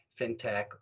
fintech